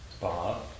Bob